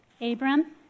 Abram